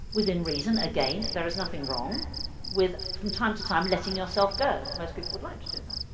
within reason, again, there is nothing wrong with from time to time letting yourself go. most people would like to do that.